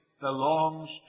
belongs